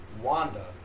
Wanda